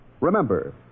Remember